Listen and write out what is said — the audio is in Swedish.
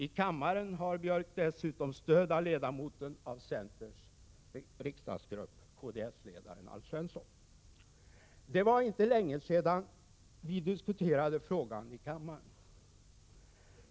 I kammaren har Björck dessutom stöd av ledamoten av centerns riksdagsgrupp, kds-ledaren Alf Svensson. Det är inte länge sedan vi diskuterade frågan i kammaren.